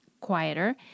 quieter